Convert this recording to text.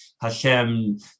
Hashem